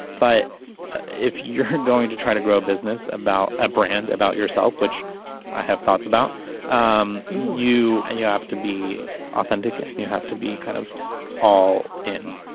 but if you're going to try to grow a business about a brand about yourself which i have thoughts about um you and you have to be authentic and and you have to be kind of all in.